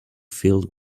filled